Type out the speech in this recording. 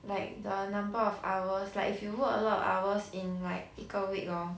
like the number of hours like if you work a lot of hours in like 一个 week hor